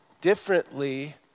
differently